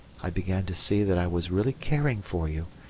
i began to see that i was really caring for you,